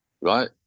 right